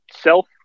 Self